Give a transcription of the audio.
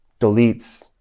deletes